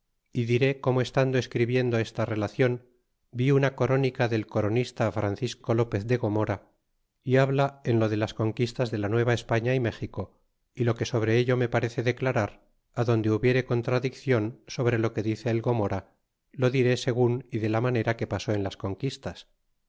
y diré como estando escribiendo esta relacion ni una corónica del coronista francisco lopez de gornora y habla en lo de las conquistas de la nueva españa é méxico y lo que sobre ello me parece declarar adonde hubiere contradicclon sobre lo que dice el gomora lo diré segun y de la manera que pasó en las conquistas